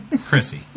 Chrissy